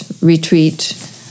retreat